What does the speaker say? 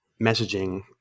messaging